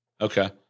Okay